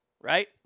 right